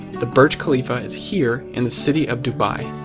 the burj khalifa is here in the city of dubai.